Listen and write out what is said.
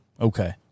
Okay